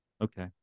Okay